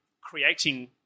creating